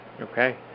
okay